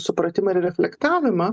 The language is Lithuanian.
supratimą ir reflektavimą